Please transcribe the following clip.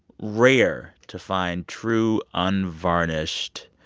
rare to find true, unvarnished,